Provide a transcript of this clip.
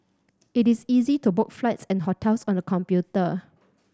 it is easy to book flights and hotels on the computer